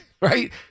right